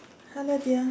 hello dear